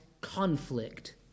conflict